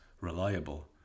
reliable